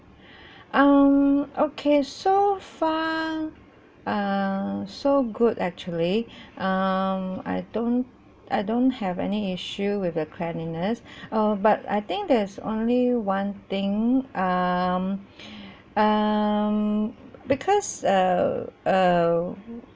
um okay so far err so good actually um I don't I don't have any issue with the cleanliness err but I think there's only one thing um um because err err